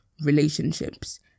relationships